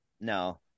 No